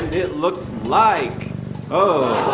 it looks like oh,